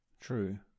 True